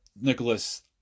Nicholas